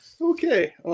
Okay